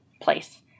place